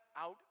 out